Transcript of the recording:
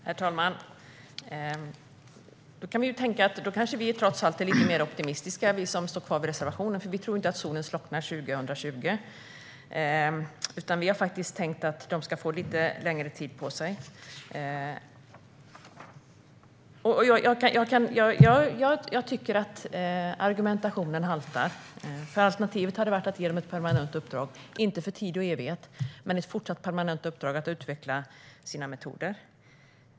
Herr talman! Då kanske vi som står kvar vid reservationen trots allt är lite mer optimistiska, för vi tror inte att solen slocknar år 2020. Vi har faktiskt tänkt att man i Östergötland ska få lite längre tid på sig. Jag tycker att argumentationen haltar. Alternativet hade ju varit att ge dem ett permanent uppdrag - inte för tid och evighet, men ett permanent uppdrag att utveckla sina metoder.